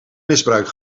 misbruik